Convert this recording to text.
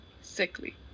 sickly